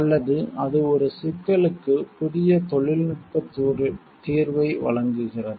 அல்லது அது ஒரு சிக்கலுக்கு புதிய தொழில்நுட்ப தீர்வை வழங்குகிறது